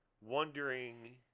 wondering